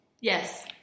yes